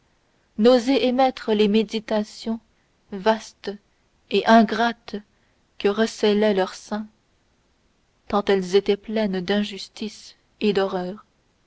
n'oser émettre les méditations vastes et ingrates que recélait leur sein tant elles étaient pleines d'injustice et d'horreur